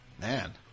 Man